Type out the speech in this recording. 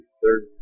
third